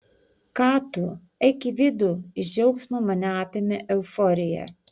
ką tu eik į vidų iš džiaugsmo mane apėmė euforija